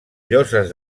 lloses